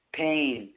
pain